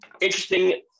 interesting